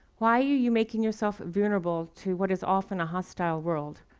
why are you making yourself vulnerable to what is often a hostile world?